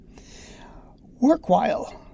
Workwhile